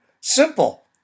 Simple